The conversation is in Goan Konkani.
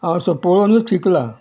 हांव असो पळोवनूच शिकलां